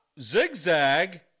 zigzag